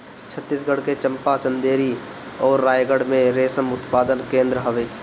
छतीसगढ़ के चंपा, चंदेरी अउरी रायगढ़ में रेशम उत्पादन केंद्र हवे